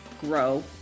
grow